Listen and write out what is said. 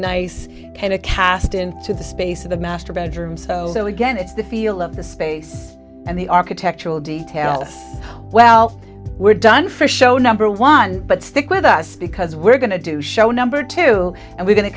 nice and a cast into the space of the master bedroom so again it's the feel of the space and the architectural details well we're done for show number one but stick with us because we're going to do show number two and we're going to